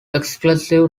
exclusive